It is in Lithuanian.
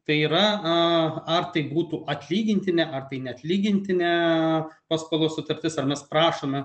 tai yra a ar tai būtų atlygintinė ar tai neatlygintinė paskolos sutartis ar mes prašome